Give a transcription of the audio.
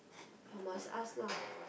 oh must ask lah